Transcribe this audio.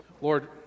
Lord